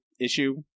issue